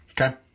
Okay